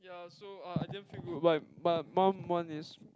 ya so I I didn't feel good but but my mum one is